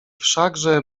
wszakże